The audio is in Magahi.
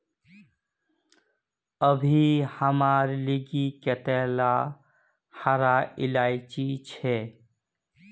अभी हमार लिगी कतेला हरा इलायची छे